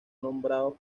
nombrados